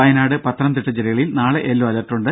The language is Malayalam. വയനാട് പത്തനംതിട്ട ജില്ലകളിൽ നാളെ യെല്ലോ അലർട്ടുണ്ട്